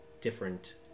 different